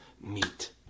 meet